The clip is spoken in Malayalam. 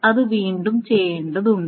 അത് വീണ്ടും ചെയ്യേണ്ടതുണ്ട്